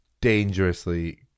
dangerously